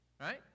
right